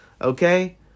okay